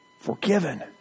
forgiven